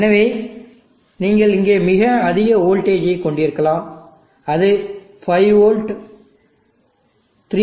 எனவே நீங்கள் இங்கே மிக அதிக வோல்டேஜ் ஐ கொண்டிருக்கலாம் அது 5 வோல்ட் 3